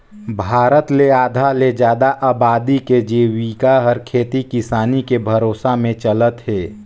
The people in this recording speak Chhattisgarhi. भारत ले आधा ले जादा अबादी के जिविका हर खेती किसानी के भरोसा में चलत हे